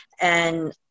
And-